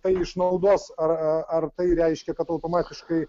tai išnaudos ar ar tai reiškia kad automatiškai